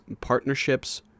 partnerships